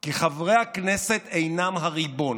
כי חברי הכנסת אינם הריבון.